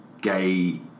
gay